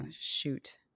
Shoot